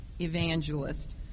evangelist